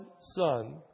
Son